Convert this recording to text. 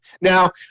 Now